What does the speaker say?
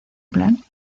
plan